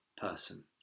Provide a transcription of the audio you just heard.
person